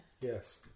Yes